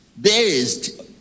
based